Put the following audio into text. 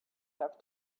have